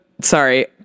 sorry